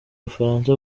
bufaransa